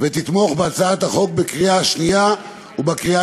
ותתמוך בהצעת החוק בקריאה השנייה ובקריאה